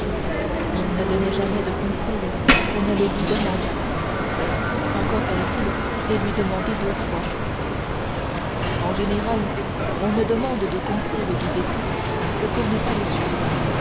il ne donnait jamais de conseils qu'on ne les lui demandât encore fallait-il les lui demander deux fois en général on ne demande de conseils disait-il que pour ne les pas suivre